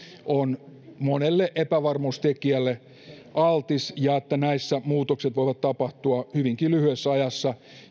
on monelle epävarmuustekijälle altis ja että näissä muutokset voivat tapahtua hyvinkin lyhyessä ajassa